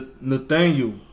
Nathaniel